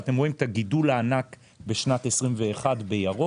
ואתם רואים את הגידול הענק בשנת 2021 בירוק.